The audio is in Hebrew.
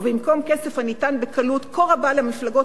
ובמקום כסף הניתן בקלות כה רבה למפלגות